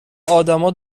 ادما